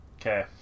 Okay